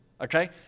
Okay